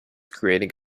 creating